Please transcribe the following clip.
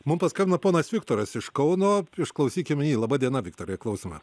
mum paskambino ponas viktoras iš kauno išklausykim jį laba diena viktorai klausome